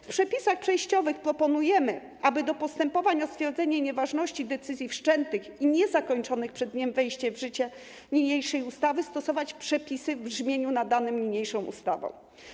W przepisach przejściowych proponujemy, aby do postępowań o stwierdzenie nieważności decyzji wszczętych i niezakończonych przed dniem wejścia w życie niniejszej ustawy stosować przepisy w brzmieniu nadanym niniejszą ustawą.